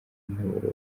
muyoboro